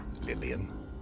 Lillian